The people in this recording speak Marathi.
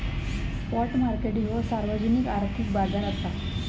स्पॉट मार्केट ह्यो सार्वजनिक आर्थिक बाजार असा